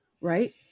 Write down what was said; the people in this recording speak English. right